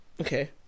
Okay